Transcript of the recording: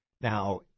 Now